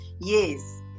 Yes